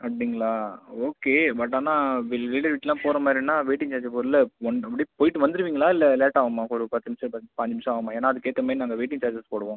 அப்படிங்களா okay but ஆனால் போகிற மாதிரின்னா வெயிட்டிங் சார்ஜ் போ இல்லை ஒன்றரை மணிக்கு போய்விட்டு வந்துடுவீங்களா இல்லை லேட் ஆகுமா ஒரு பத்து நிமிடம் பதி பாஞ்சு நிமிடம் ஆகுமா ஏன்னால் அதுக்கேற்ற மாதிரி நாங்கள் வெயிட்டிங் சார்ஜஸ் போடுவோம்